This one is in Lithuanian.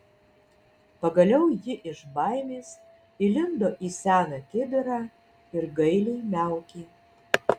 pagaliau ji iš baimės įlindo į seną kibirą ir gailiai miaukė